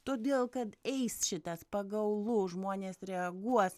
todėl kad eis šitas pagaulus žmonės reaguos